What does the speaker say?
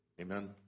Amen